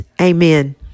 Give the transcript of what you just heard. Amen